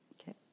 Okay